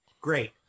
Great